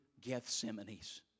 Gethsemane's